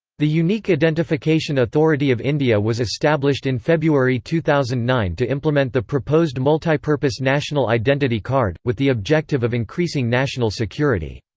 the unique identification authority of india was established in february two thousand and nine to implement the proposed multipurpose national identity card, with the objective of increasing national security.